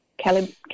Kelly